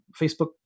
Facebook